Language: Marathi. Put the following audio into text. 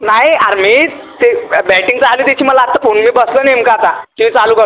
नाही अरे मी ते बॅटिंग झाली त्याची मला आता फोन मी बसलो आहे नेमकं आता टी वी चालू करतो